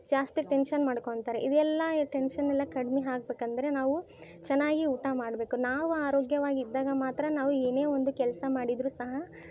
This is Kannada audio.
ಜಾಸ್ತಿ ಟೆನ್ಷನ್ ಮಾಡ್ಕೊತಾರೆ ಇವೆಲ್ಲ ಟೆನ್ಷನ್ನೆಲ್ಲ ಕಡ್ಮೆ ಆಗ್ಬೇಕಂದ್ರೆ ನಾವು ಚೆನ್ನಾಗಿ ಊಟ ಮಾಡಬೇಕು ನಾವು ಆರೋಗ್ಯವಾಗಿದ್ದಾಗ ಮಾತ್ರ ನಾವು ಏನೇ ಒಂದು ಕೆಲಸ ಮಾಡಿದರೂ ಸಹ